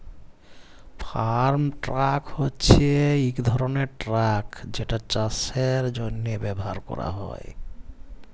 farm truck হছে ইক ধরলের ট্রাক যেটা চাষের জ্যনহে ব্যাভার ক্যরা হ্যয়